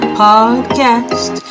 podcast